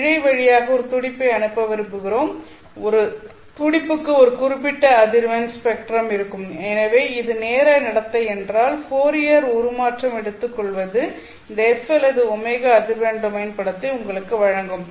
இழை வழியாக ஒரு துடிப்பை அனுப்ப விரும்புகிறோம் ஒரு துடிப்புக்கு ஒரு குறிப்பிட்ட அதிர்வெண் ஸ்பெக்ட்ரம் இருக்கும் எனவே இது நேர நடத்தை என்றால் ஃபோரியர் உருமாற்றம் எடுத்துக்கொள்வது இந்த f அல்லது ω அதிர்வெண் டொமைன் படத்தை உங்களுக்கு வழங்கும்